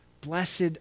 Blessed